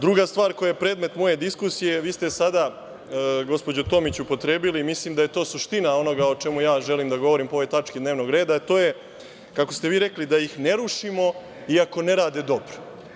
Druga stvar koja je predmet moje diskusije, vi ste sada gospođo Tomić upotrebili, mislim da je to suština onoga o čemu ja želim da govorim po ovoj tački dnevnog reda, a to je kako ste vi rekli da ih ne rušimo iako ne rade dobro.